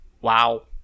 wow